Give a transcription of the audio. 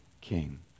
king